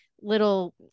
little